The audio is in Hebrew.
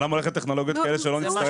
יהיו מערכות טכנולוגיות כאלה שלא נצטרך